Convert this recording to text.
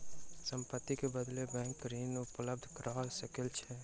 संपत्ति के बदले बैंक ऋण उपलब्ध करा सकै छै